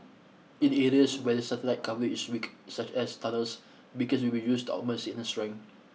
in areas where the satellite coverage is weak such as tunnels beacons will be used augment signal strength